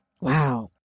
Wow